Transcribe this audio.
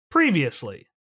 Previously